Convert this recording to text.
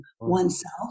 oneself